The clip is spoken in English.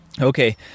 Okay